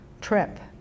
trip